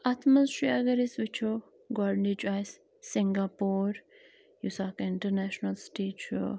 اَتھ منٛز چھُ اَگر أسۍ وُچھو گۄڈٕنِچۍ چھُ اسہِ سنٛگاپور یُس اَکھ انٹرنیشنل سِٹی چھُ